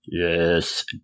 Yes